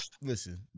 Listen